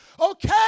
Okay